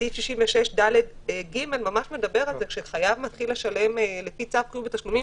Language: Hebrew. סעיף 66ד(ג) ממש מדבר על זה שכשחייב מתחיל לשלם לפי צו חיוב בתשלומים,